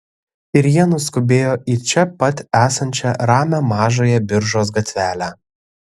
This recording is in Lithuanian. ir jie nuskubėjo į čia pat esančią ramią mažąją biržos gatvelę